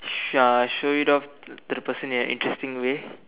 uh show it off to the person in a interesting way